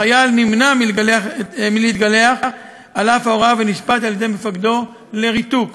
החייל נמנע מלהתגלח על אף ההוראה ונשפט על-ידי מפקדו לריתוק.